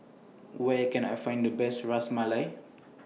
Where Can I Find The Best Ras Malai